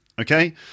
Okay